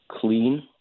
clean